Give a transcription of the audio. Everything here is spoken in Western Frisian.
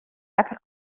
lekker